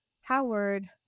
Howard